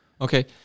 Okay